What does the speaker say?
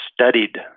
studied